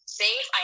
safe